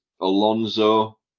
Alonso